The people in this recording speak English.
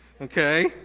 Okay